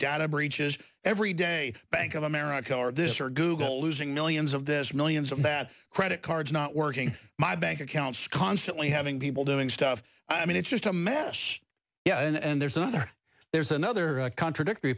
data breaches every day bank of america or this or google losing millions of the millions of bad credit cards not working my bank accounts constantly having people doing stuff i mean it's just a mess yeah and there's another there's another contradictory